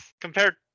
compared